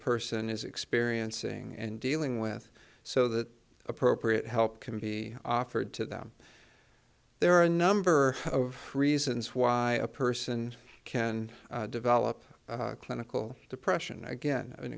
person is experiencing and dealing with so that appropriate help can be offered to them there are a number of reasons why a person can develop clinical depression again an